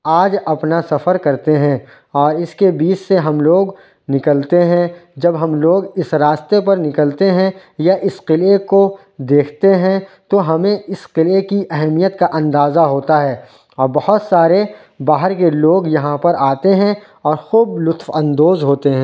آج اپنا سفر کرتے ہیں اور اس کے بیچ سے ہم لوگ نکلتے ہیں جب ہم لوگ اس راستے پر نکلتے ہیں یا اس قلعے کو دیکھتے ہیں تو ہمیں اس قلعے کی اہمیت کا اندازہ ہوتا ہے اور بہت سارے باہر کے لوگ یہاں پر آتے ہیں اور خوب لطف اندوز ہوتے ہیں